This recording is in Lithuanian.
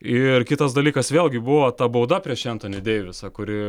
ir kitas dalykas vėlgi buvo ta bauda prieš entonį deivisą kuri